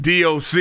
DOC